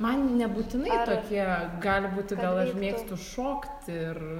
man nebūtinai tokie gali būti gal aš mėgstu šokti ir